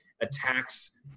attacks